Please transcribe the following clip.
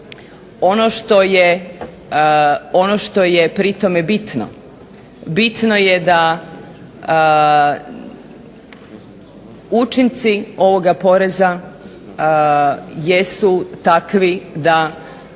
ono što je pri tome bitno, bitno je da učinci ovoga poreza jesu takvi da